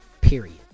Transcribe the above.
Period